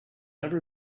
never